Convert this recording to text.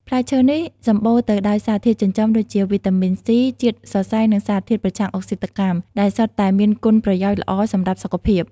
ផ្លែឈើនេះសម្បូរទៅដោយសារធាតុចិញ្ចឹមដូចជា វីតាមីន ស៊ី ជាតិសរសៃ និងសារធាតុប្រឆាំងអុកស៊ីតកម្ម ដែលសុទ្ធតែមានគុណប្រយោជន៍ល្អសម្រាប់សុខភាព។